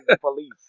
police